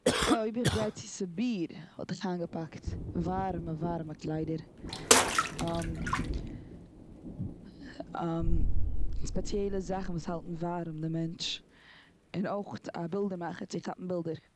אויב איך גיי צו סיביר וואלט איך איינגעפאקט ווארעמע, ווארעמע, קליידער. ספעציעלע זאכן וואס האלטן ווארעם די מענטש. און אויך א בילדער מאכער צו כאפן בילדער.